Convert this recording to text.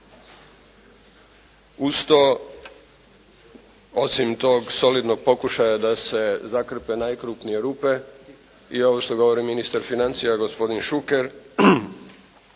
Uz to osim tog solidnog pokušaja da se zakrpe najkrupnije rupe i ovo što govori ministar financija gospodin Šuker,